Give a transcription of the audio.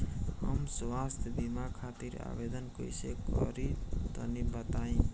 हम स्वास्थ्य बीमा खातिर आवेदन कइसे करि तनि बताई?